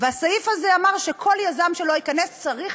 והסעיף הזה אומר שכל יזם שייכנס צריך